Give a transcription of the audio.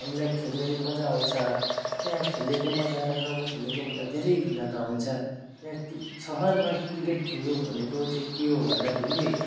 हामीलाई खेल्नु नि मजा आउँछ त्यहाँ खेलेको मजा र गाउँमा खेलेको मजा धेरै भिन्नता हुन्छ त्यहाँ किर सहरमा क्रिकेट खेल्नु भनेको चाहिँ के हो भन्दाखेरि